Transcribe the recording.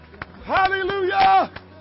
Hallelujah